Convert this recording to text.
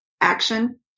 action